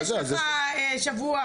יש לך ביקורים.